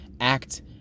act